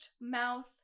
mouth